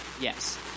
Yes